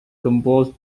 composed